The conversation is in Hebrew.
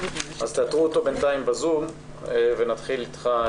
אז תאתרו אותו בינתיים בזום ונתחיל איתך,